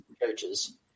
Coaches